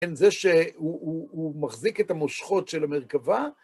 כן, זה שהוא מחזיק את המושכות של המרכבה.